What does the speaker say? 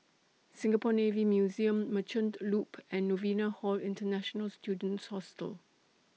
Singapore Navy Museum Merchant Loop and Novena Hall International Students Hostel